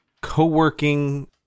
co-working